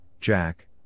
Jack